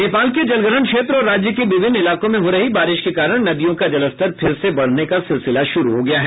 नेपाल के जलग्रहण क्षेत्र और राज्य के विभिन्न इलाकों में हो रही बारिश के कारण नदियों का जलस्तर फिर से बढ़ने का सिलसिला शुरू हो गया है